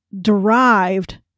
derived